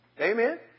Amen